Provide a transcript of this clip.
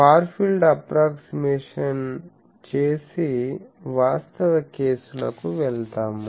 far field approximation చేసి వాస్తవ కేసులకు వెళ్తాము